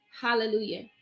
Hallelujah